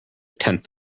tenth